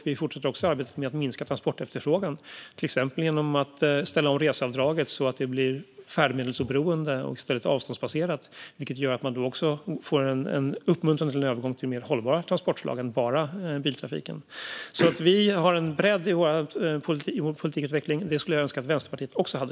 Vi fortsätter också arbetet med att minska transportefterfrågan, till exempel genom att ställa om reseavdraget så att det blir färdmedelsoberoende och i stället avståndsbaserat. Då uppmuntras också en övergång till mer hållbara transportslag än bilen. Vi har alltså har en bredd i vår politikutveckling. Det skulle jag önska att Vänsterpartiet också hade.